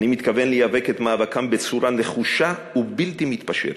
אני מתכוון להיאבק את מאבקם בצורה נחושה ובלתי מתפשרת,